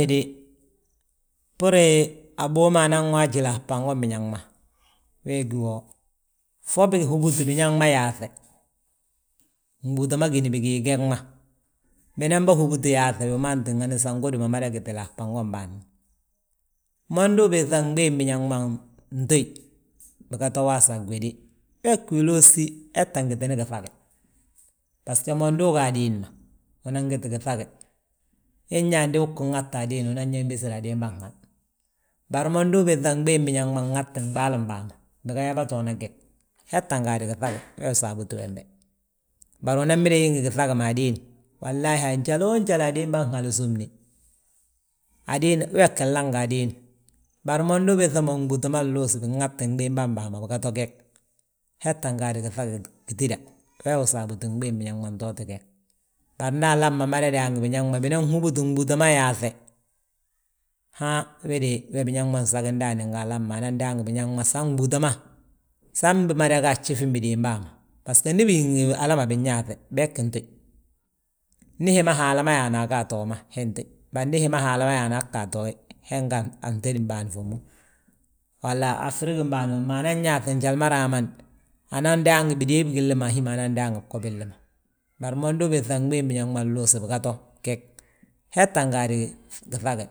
he de, bbúru a bów ma nan waajile a fnbango biñaŋ ma. Wee gí yaa fo bihúbuti biñaŋ ma yaaŧe, mbúuta ma gíni bigii gee ge ma. Binan ba húbuti yaaŧe wi man tíngani san gudi ma mada gitile a fbango bâan ma; Mo ndu ubiiŧa, gbii biñaŋ ma ntéyi, biga to waasa a gwéde, wee ggi wiloosi. Hetan gaade giŧage, bbasgo ndu uga adiin ma, unan giti giŧage, inyaandi uu tti ŋata a diin unan yaa imbesir a dimban hal. Bari mo ndu ubiiŧa mbii biñaŋ ma nŋatte nɓaalim bàa ma biga yaa bâtoona geg, etan gaade giŧage wee sabuti wembe. Bari unan mida gí ngi giŧage adiin wolla hi njaloo njali a diimba hal súmni, adiin, wee ggí laŋ nga adiin. Bari mo ndu ubiiŧa mo mbúuta ma, nluusi binŋati gdimba baa ma, biga to geg. Hetan gaadi giŧage, gitida wee wi sabuti gbii biñaŋ ma ntote geg. Bari nda alam ma mada daangi biñaŋ ma binan húbuti gbúuta ma yaaŧe; Han we de biñaŋ ma nsagi ndaani nga alam ma, anan daangi biñaŋ ma san gbúuta ma, san bimada gaa a gjifin bidéen bàa ma. Bbasgo ndi bigi ngi hala ma binyaaŧi, beegin téyi, ndi hi ma Haala ma yaani, aga atoo ma hen téyi. Bari ndu hi ma Haala ma yaani aa gga atoye, he nga a fntédin bân fommu. Walla Afirig bâan wommu, anan yaaŧi njali ma raa man, unan daange bidée bigilli ma, hi ma anan daangi bgo billi ma. Bari mo ndu ubiiŧa gbii biñaŋ ma luusi biga to gege, hetan gaadi giŧage.